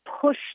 push